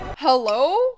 hello